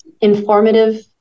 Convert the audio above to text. informative